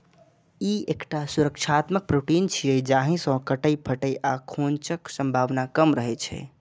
ई एकटा सुरक्षात्मक प्रोटीन छियै, जाहि सं कटै, फटै आ खोंचक संभावना कम रहै छै